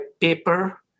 paper